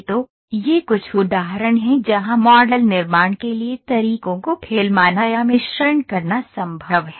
तो ये कुछ उदाहरण हैं जहां मॉडल निर्माण के लिए तरीकों को फिल्माना या मिश्रण करना संभव है